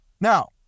Now